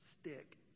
stick